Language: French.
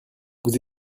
vous